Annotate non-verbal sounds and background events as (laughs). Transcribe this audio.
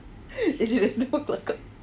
(laughs) is it a still jelaka